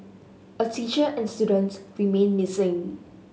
a teacher and student remain missing